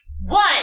One